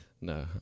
no